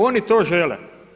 Oni to žele.